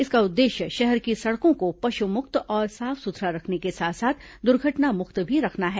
इसका उद्देश्य शहर की सड़कों को पशु मुक्त और साफ सुथरा रखने के साथ साथ दुर्घटनामुक्त भी रखना है